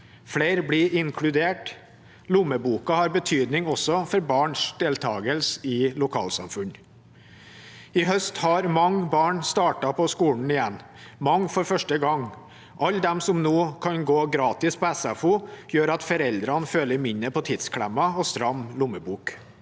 Flere blir inkludert. Lommeboka har betydning, også for barns deltakelse i lokalsamfunn. I høst har mange barn startet på skolen igjen, og mange for første gang. At så mange nå kan gå gratis på SFO, gjør at foreldrene føler mindre på tidsklemma og stram lommebok.